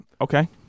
okay